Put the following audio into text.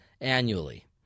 annually